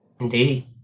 Indeed